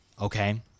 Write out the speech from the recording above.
Okay